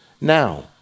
now